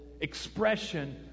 expression